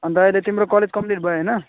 अन्त अहिले तिम्रो कलेज कम्प्लिट भयो होइन